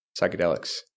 psychedelics